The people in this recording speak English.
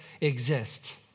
exist